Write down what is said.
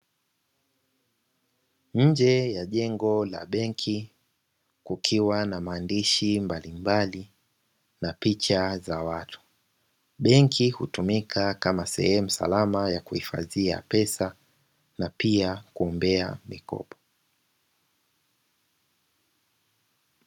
Nje ya jengo la benki kukiwa na maandishi mbalimbali na picha za watu. Benki hutumika kama sehemu salama ya kuhifadhia pesa na pia kuombea mikopo.